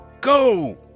go